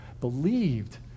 believed